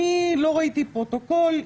אני לא ראיתי פרוטוקול.